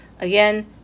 Again